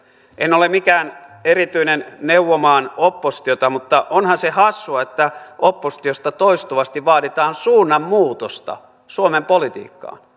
en ole mikään erityinen neuvomaan oppositiota mutta onhan se hassua että oppositiosta toistuvasti vaaditaan suunnanmuutosta suomen politiikkaan